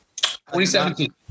2017